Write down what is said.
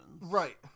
right